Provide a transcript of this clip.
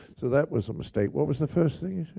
so that was a mistake. what was the first thing